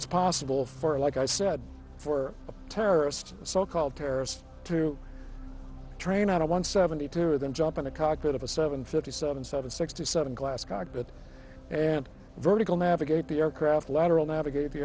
it's possible for a like i said for a terrorist a so called terrorist to train at a one seventy two then jump in the cockpit of a seven fifty seven seven sixty seven glass cockpit and vertical navigate the aircraft lateral navigate the